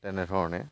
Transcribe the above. তেনেধৰণে